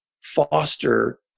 foster